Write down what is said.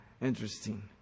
Interesting